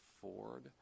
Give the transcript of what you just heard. Ford